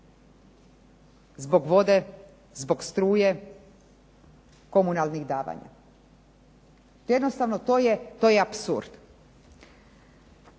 zbog vode, zbog struje, komunalnih davanja. Jednostavno, to je apsurd.